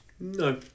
no